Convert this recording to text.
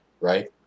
right